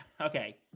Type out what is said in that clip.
Okay